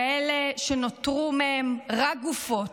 כאלה שנותרו מהם רק גופות,